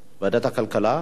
ועדת הכלכלה?